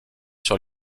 sur